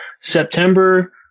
september